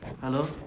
Hello